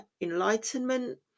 enlightenment